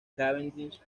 cavendish